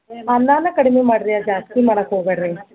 ಅನ್ನಾನ ಕಡ್ಮೆ ಮಾಡ್ರಿ ಜಾಸ್ತಿ ಮಾಡಾಕೆ ಹೋಗ್ಬ್ಯಾಡ್ರಿ